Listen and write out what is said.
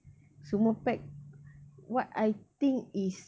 semua pack what I think is